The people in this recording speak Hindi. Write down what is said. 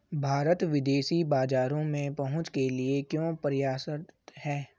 भारत विदेशी बाजारों में पहुंच के लिए क्यों प्रयासरत है?